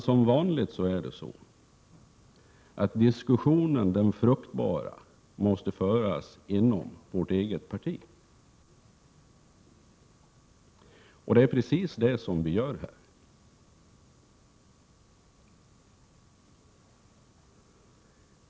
Som vanligt måste den fruktbara diskussionen föras inom vårt eget parti, och det är precis det som vi gör här.